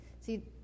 See